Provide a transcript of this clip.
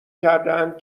کردهاند